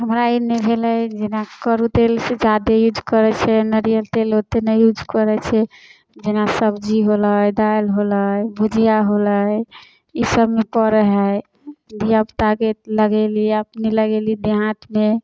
हमरा एन्ने भेलै जेना कड़ु तेल से जादे यूज करै छी नारिअर तेल ओतेक नहि यूज करै छी जेना सब्जी होलै दालि होलै भुजिआ होलै ई सबमे पड़ै है धिआपुताके लगेली अपने लगेली देह हाथमे